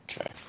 Okay